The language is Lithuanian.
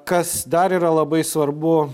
kas dar yra labai svarbu